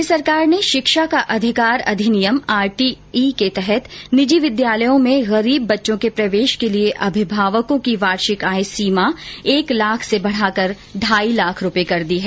राज्य सरकार ने शिक्षा का अधिकार अधिनियम आरटीई के तहत निजी विद्यालयों में गरीब बच्चों के प्रवेश के लिए अभिभावकों की वार्षिक आय सीमा एक लाख से बढाकर ढाई लाख रूपये कर दी है